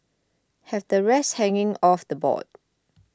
have the rest hanging off the board